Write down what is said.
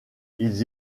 ils